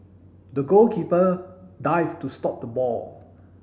the goalkeeper dived to stop the ball